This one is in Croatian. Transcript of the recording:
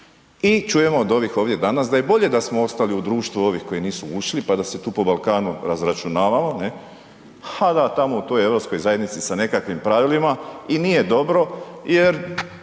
I čujemo od ovih ovdje danas da je i bolje da smo ostali u društvu ovih koji nisu ušli pa da se tu po Balkanu razračunavamo. Ha da, tamo u toj Europskoj zajednici sa nekakvim pravilima i nije dobro jer